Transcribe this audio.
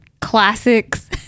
classics